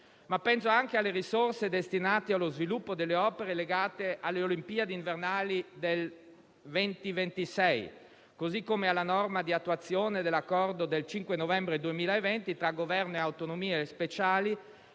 Penso anche alle risorse destinate allo sviluppo delle opere legate alle Olimpiadi invernali del 2026, così come alla norma di attuazione dell'accordo del 5 novembre 2020 tra Governo, Regioni a